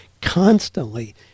constantly